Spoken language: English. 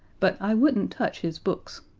but i wouldn't touch his books.